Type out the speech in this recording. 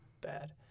bad